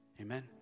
Amen